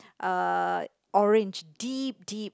uh orange deep deep